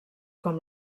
com